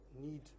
need